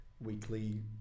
weekly